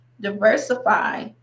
diversify